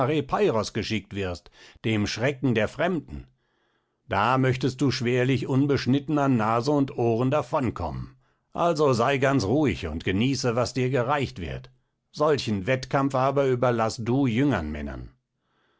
geschickt wirst dem schrecken der fremden da möchtest du schwerlich unbeschnitten an nase und ohren davon kommen also sei ganz ruhig und genieße was dir gereicht wird solchen wettkampf aber überlaß du jüngern männern